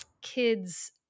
kids